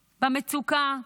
במצוקה,